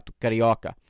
Carioca